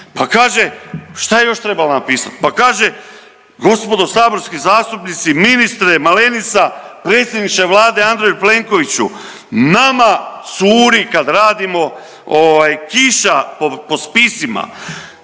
Pa kaže, šta je još trebala napisat? Pa kaže, gospodo saborski zastupnici, ministre Malenica, predsjedniče Vlade Andrej Plenkoviću, nama curi kad radimo ovaj kiša po spisima.